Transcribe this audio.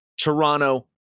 Toronto